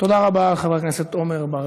תודה רבה, חבר הכנסת